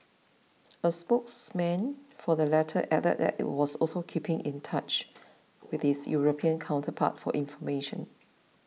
a spokesman for the latter added that it is also keeping in touch with its European counterpart for information